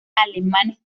alemanes